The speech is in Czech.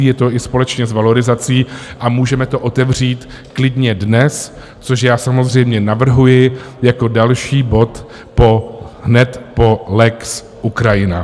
Je to i společně s valorizací a můžeme to otevřít klidně dnes, což já samozřejmě navrhuji, jako další bod hned po lex Ukrajina.